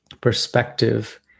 perspective